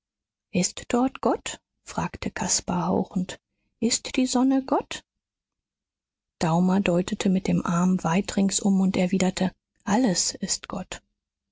ist dort gott fragte caspar hauchend ist die sonne gott daumer deutete mit dem arm weit ringsum und erwiderte alles ist gott